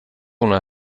una